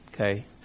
Okay